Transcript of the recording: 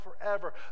forever